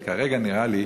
אבל כרגע נראה לי